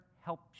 help